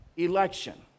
election